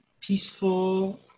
peaceful